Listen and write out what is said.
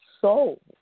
soul